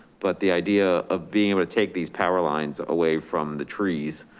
but the idea of being able to take these power lines away from the trees